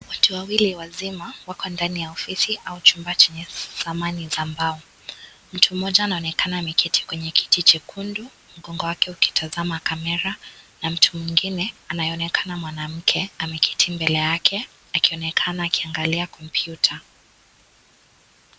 Watu wawili wazima wako ndani ya ofisi au chumba chenye zamani ya mbao. Mtu mmoja anaonekana ameketi kwenye kiti chekundu mgongo wake ukitazama camera na mtu mwingine anayeonekana mwanamke ameketi mbele yake akionekana akiangalia kompyuta.